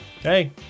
Hey